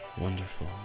Wonderful